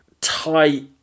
tight